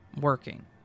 working